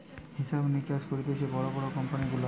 হিসাব মিকাস করতিছে বড় বড় কোম্পানি গুলার